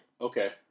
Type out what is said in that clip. Okay